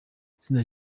itsinda